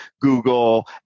Google